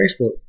Facebook